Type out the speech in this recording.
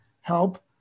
help